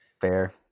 fair